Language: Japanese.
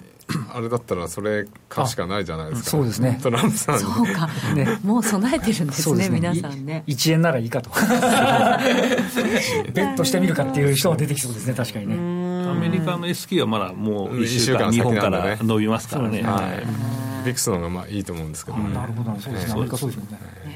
あれだったらそれ買うしかないじゃないですか。あ、うん、そうですね。 トランプさんに。 そうか。 ね。 もう備えてるんですね、そうですね。皆さんね。い- 一円ならいいかと。 ベットしてみるかっていう人が出てきそうですね、 確かにね。 うーん。 アメリカのSQはまだもう一週間、一週間先なのでね。日本から伸びますからね。そうですね。はい。はい。ビックスの方がまあいいと思うんですけどね。 あ、なるほど。そうですね。ええ。アメリカそうですもんね。